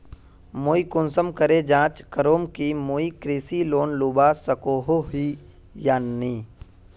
मुई कुंसम करे जाँच करूम की मुई कृषि लोन लुबा सकोहो ही या नी?